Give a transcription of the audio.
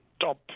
top